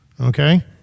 okay